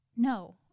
No